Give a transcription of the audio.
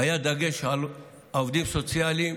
היה דגש על עובדים סוציאליים.